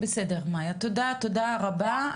תודה רבה.